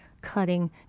cutting